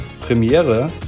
Premiere